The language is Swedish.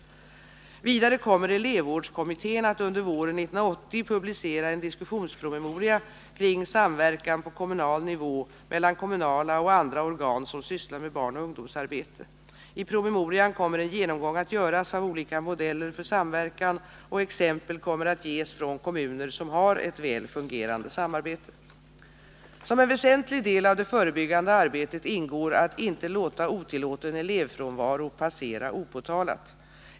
5 Vidare kommer elevvårdskommittén att under våren 1980 publicera en diskussionspromemoria kring samverkan på kommunal nivå mellan kommunala och andra organ som sysslar med barnoch ungdomsarbete. I promemorian kommer en genomgång att göras av olika modeller för samverkan, och exempel kommer att ges från kommuner som har ett väl fungerande samarbete. Som en väsentlig del av det förebyggande arbetet ingår att inte låta otillåten elevfrånvaro passera opåtalad.